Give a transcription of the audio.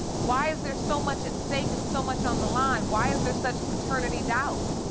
why is there so much at stake and so much on the line? why is there such paternity doubt?